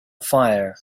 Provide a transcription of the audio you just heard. fire